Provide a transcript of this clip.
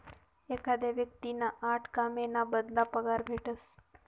एखादा व्यक्तींना आठे काम ना बदला पगार भेटस